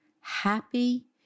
happy